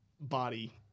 body